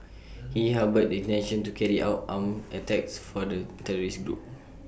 he harboured the intention to carry out armed attacks for the terrorist group